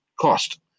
cost